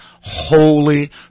holy